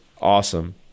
awesome